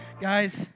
guys